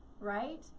right